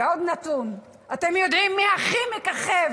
ועוד נתון: אתם יודעים מי הכי מככב